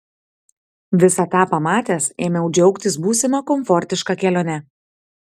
visą tą pamatęs ėmiau džiaugtis būsima komfortiška kelione